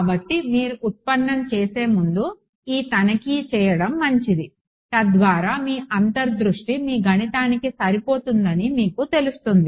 కాబట్టి మీరు ఉత్పన్నం చేసే ముందు ఈ తనిఖీ చేయడం మంచిది తద్వారా మీ అంతర్ దృష్టి మీ గణితానికి సరిపోతుందని మీకు తెలుస్తుంది